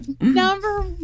Number